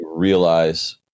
realize